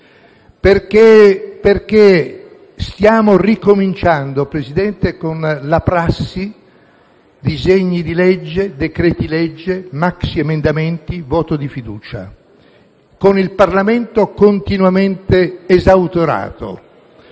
Stiamo ricominciando, infatti, Presidente, con la prassi di disegni di legge, decreti-legge, maxiemendamenti, voto di fiducia, con il Parlamento continuamente esautorato,